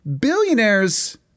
Billionaires